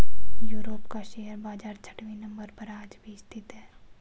Europe का share बाजार छठवें नम्बर पर आज भी स्थित है